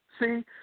See